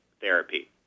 therapy